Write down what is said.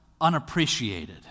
unappreciated